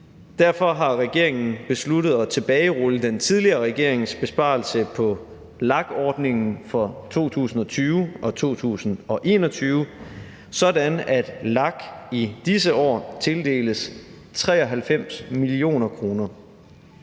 Derfor har regeringen besluttet at tilbagerulle den tidligere regerings besparelse på LAG-ordningen for 2020 og 2021, sådan at LAG i disse år tildeles 93 mio. kr.